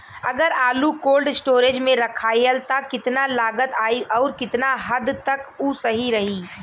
अगर आलू cold storage में रखायल त कितना लागत आई अउर कितना हद तक उ सही रही?